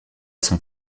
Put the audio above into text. son